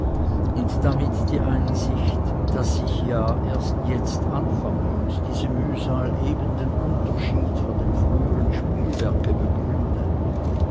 und damit die einsicht daß ich ja erst jetzt anfange und diese mühsal eben den unterschied von dem frühern spielwerke begründe